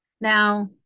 Now